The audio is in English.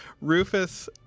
Rufus